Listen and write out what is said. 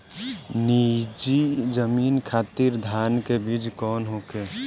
नीची जमीन खातिर धान के बीज कौन होखे?